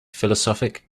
philosophic